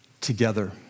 together